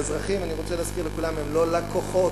ואזרחים, אני רוצה להזכיר לכולם, הם לא לקוחות,